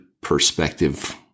perspective